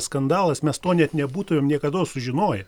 skandalas mes to net nebūtumėm niekados sužinoję